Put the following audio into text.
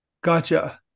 Gotcha